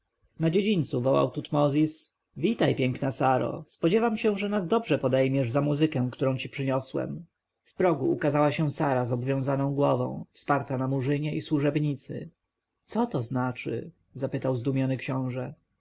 na dziedzińcu wołał tutmozis witaj piękna saro spodziewam się że nas dobrze podejmiesz za muzykę którą ci przysłałem w progu ukazała się sara z obwiązaną głową wsparta na murzynie i służebnicy co to znaczy zapytał zdumiony książę